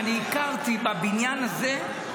אני הכרתי בבניין הזה,